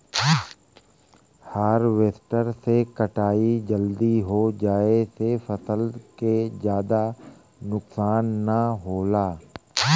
harvester से कटाई जल्दी हो जाये से फसल के जादा नुकसान न होला